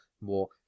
more